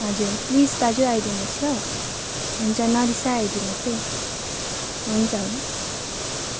हजुर प्लिज दाजु आइदिनुहोस् ल हुन्छ नरिसाइ आइदिनुहोस् है हुन्छ हुन्छ